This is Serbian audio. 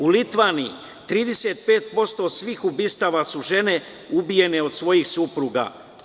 U Litvaniji 35% svih ubistava su žene ubijene od svojih supruga.